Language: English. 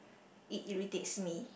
it irritates me